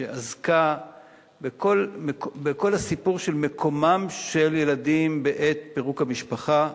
שעסקה בכל הסיפור של מקומם של ילדים בעת פירוק המשפחה.